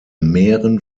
mähren